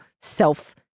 self